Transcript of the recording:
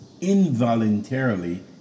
involuntarily